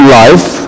life